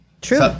True